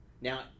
Now